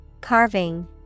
Carving